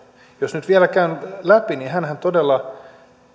jos nyt vielä käyn läpi niin hänhän todella